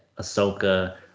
Ahsoka